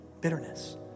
bitterness